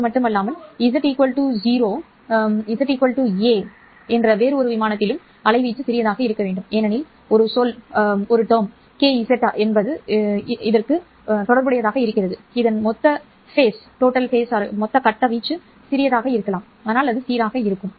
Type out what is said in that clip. at z வேறு விமானம் z ஒரு விமானம் அலைவீச்சு சிறியதாக இருக்க வேண்டும் ஏனெனில் ஒரு சொல் kz இருக்கும் எனவே இதன் மொத்த கட்டம் வீச்சு சிறியதாக இருக்கலாம் ஆனால் அது சீராக இருக்கும்